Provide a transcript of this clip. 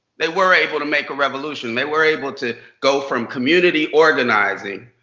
they were able to make a revolution. they were able to go from community organizing